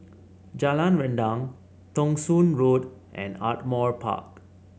Jalan Rendang Thong Soon Road and Ardmore Park